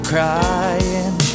Crying